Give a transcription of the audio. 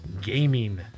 gaming